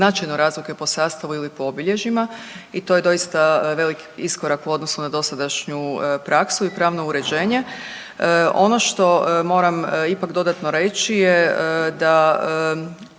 značajno razlikuje po sastavu ili po obilježjima i to je doista veliki iskorak u odnosu na dosadašnju praksu i pravno uređenje. Ono što moram ipak dodatno reći je da